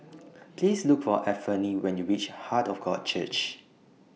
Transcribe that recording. Please Look For Anfernee when YOU REACH Heart of God Church